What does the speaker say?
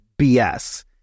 BS